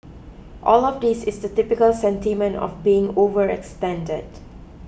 all of this is the typical sentiment of being overextended